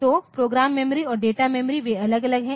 तो program memory और data memory वे अलग अलग हैं